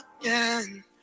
again